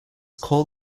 call